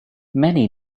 many